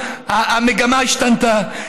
המגמה השתנתה.